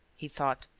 he thought,